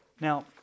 Now